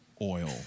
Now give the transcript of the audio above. oil